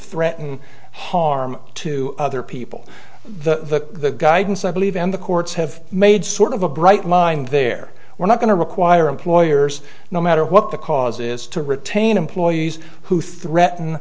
threaten harm to other people the guidance i believe and the courts have made sort of a bright mind there we're not going to require employers no matter what the cause is to retain employees who threaten